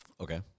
Okay